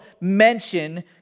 mention